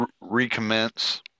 recommence